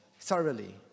thoroughly